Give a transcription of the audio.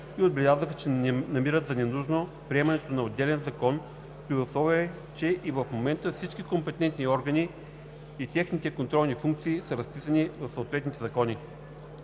и отбелязаха, че намират за ненужно приемането на отделен закон, при условие че и в момента всички компетентни органи и техните контролни функции са разписани в съответните закони.